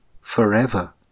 Forever